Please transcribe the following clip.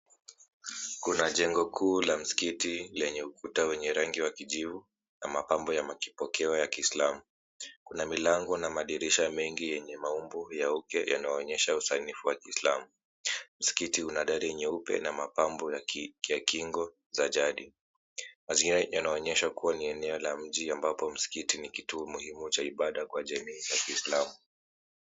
Kuna jengo kuu la msikiti lenye ukuta wenye rangi wa kijivu na mapambo ya kimapokeo ya kiislamu. Kuna milango na madirisha mengi yenye maumbo ya uke yanayoonyesha usanifu wa kiislamu. Msikiti una dari nyeupe na mapambo ya kingo za jadi. Pazia yanaonyesha kuwa ni eneo la mji ambapo msikiti ni kituo muhimu cha ibada kwa jamii ya kiislamu.